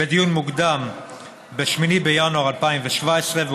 בדיון מוקדם ב-8 בינואר 2017,